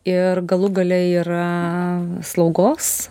ir galų gale yra slaugos